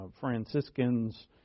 Franciscans